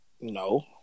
No